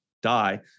die